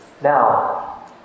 now